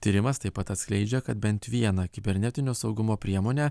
tyrimas taip pat atskleidžia kad bent vieną kibernetinio saugumo priemonę